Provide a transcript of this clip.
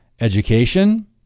education